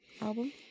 album